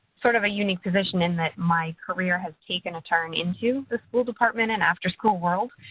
sort of, a unique position in that my career has taken a turn into the school department and after-school world.